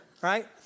Right